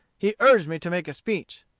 he urged me to make a speech.